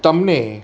તમને